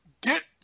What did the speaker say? Get